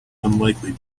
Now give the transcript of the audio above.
unlikely